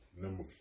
Number